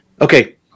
Okay